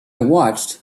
watched